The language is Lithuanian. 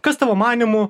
kas tavo manymu